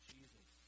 Jesus